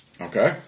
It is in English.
Okay